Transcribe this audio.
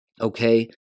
okay